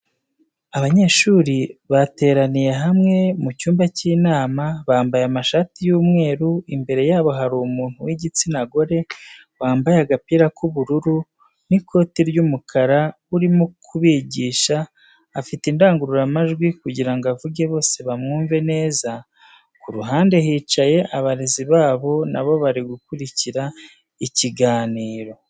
Abanyeshuri bateraniye hamwe mu cyumba cy'inama bambaye amashati y'umweru imbere yabo hari umuntu w'igitsina gore wambaye agapira k'ubururu n'ikoti ry'umukara urimo kubigisha afite indangururamajwi kugirango avuge bose bamwumve neza ku ruhande hicaye abarezi babo nabo bari gukurikira ikiganiro.